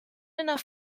enough